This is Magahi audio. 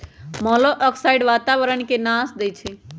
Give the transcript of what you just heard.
मोलॉक्साइड्स वातावरण के नाश देई छइ